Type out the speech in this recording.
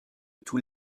tous